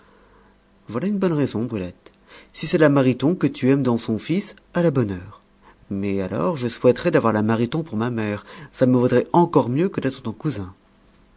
voilà une bonne raison brulette si c'est la mariton que tu aimes dans son fils à la bonne heure mais alors je souhaiterais d'avoir la mariton pour ma mère ça me vaudrait encore mieux que d'être ton cousin